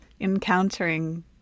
encountering